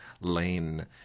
lane